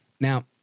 Now